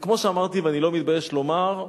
וכמו שאמרתי, ואני לא מתבייש לומר,